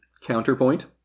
Counterpoint